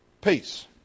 peace